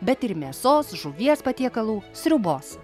bet ir mėsos žuvies patiekalų sriubos